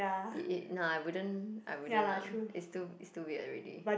I wouldn't I wouldn't lah it's too it's too weird already